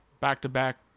back-to-back